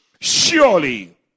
Surely